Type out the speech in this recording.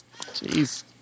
Jeez